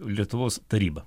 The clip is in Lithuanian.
lietuvos taryba